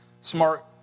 smart